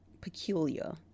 peculiar